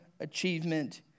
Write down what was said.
achievement